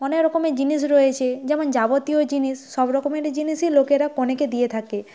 অনেক রকমের জিনিস রয়েছে যেমন যাবতীয় জিনিস সব রকমেরই জিনিসই লোকেরা কনেকে দিয়ে থাকে